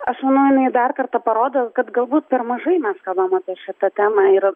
aš manau jinai dar kartą parodo kad galbūt per mažai mes kalbam apie šitą temą ir